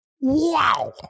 Wow